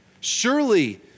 Surely